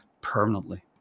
permanently